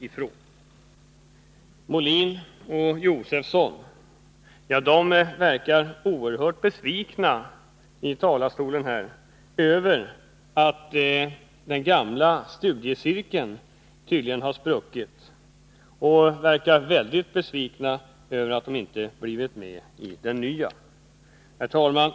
Björn Molin och Stig Josefson verkade i talarstolen oerhört besvikna över att den gamla studiecirkeln tydligen har spruckit och över att de inte blivit med i den nya. Herr talman!